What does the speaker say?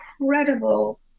incredible